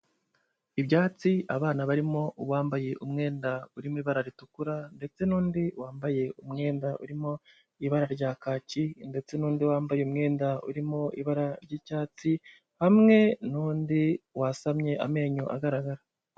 Ibyatsi, abana barimo uwambaye umwenda urimo ibara ritukura ndetse n'undi wambaye umwenda urimo ibara rya kaki ndetse n'undi wambaye umwenda urimo ibara ry'icyatsi, hamwe n'undi wasamye amenyo agaragara.